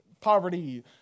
poverty